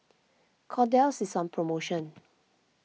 Kordel's is on promotion